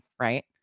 right